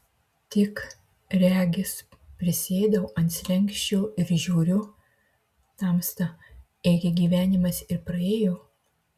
tik regis prisėdau ant slenksčio ir žiūriu tamsta ėgi gyvenimas ir praėjo